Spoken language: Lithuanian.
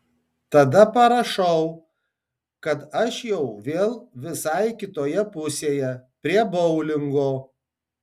tada parašau kad aš jau vėl visai kitoje pusėje prie boulingo